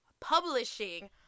publishing